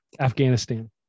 Afghanistan